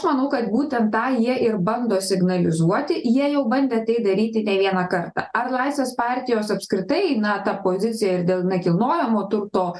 aš manau kad būtent tą jie ir bando signalizuoti jie jau bandė tai daryti ne vieną kartą ar laisvės partijos apskritai na ta pozicija ir dėl nekilnojamo turto